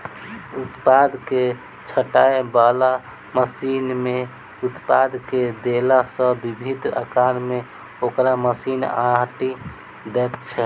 उत्पाद के छाँटय बला मशीन मे उत्पाद के देला सॅ विभिन्न आकार मे ओकरा मशीन छाँटि दैत छै